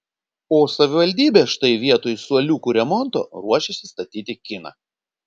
o savivaldybė štai vietoj suoliukų remonto ruošiasi statyti kiną